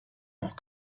noch